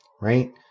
right